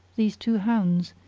these two hounds,